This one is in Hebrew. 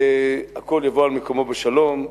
הכול יבוא על מקומו בשלום.